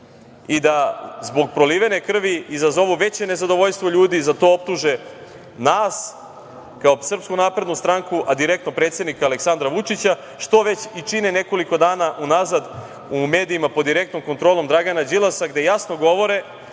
i da zbog prolivene krvi izazovu veće nezadovoljstvo ljudi i za to optuže nas kao SNS, a direktno predsednika Aleksandra Vučića, što već i čine nekoliko dana unazad u medijima pod direktnom kontrolom Dragana Đilasa, gde jasno govore